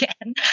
again